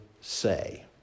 say